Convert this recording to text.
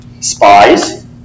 Spies